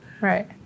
Right